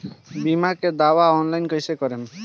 बीमा के दावा ऑनलाइन कैसे करेम?